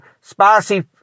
spicy